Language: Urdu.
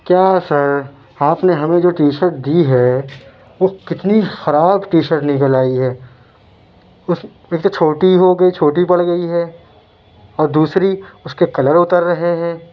کیا سر آپ نے ہمیں جو ٹی شرٹ دی ہے وہ کتنی خراب ٹی شرٹ نكل آئی ہے اُس ایک تو چھوٹی ہو گئی چھوٹی پڑ گئی ہے اور دوسری اُس كے كلر اُتر رہے ہیں